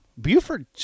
Buford